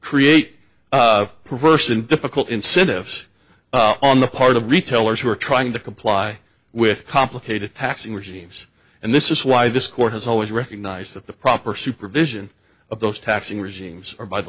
create perverse and difficult incentives on the part of retailers who are trying to comply with complicated taxing regimes and this is why this court has always recognized that the proper supervision of those taxing regimes or by the